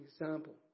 Example